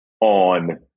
on